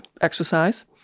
exercise